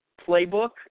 playbook